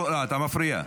אתה מפריע.